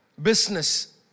Business